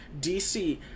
DC